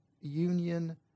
union